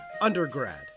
Undergrad